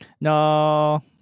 no